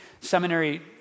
seminary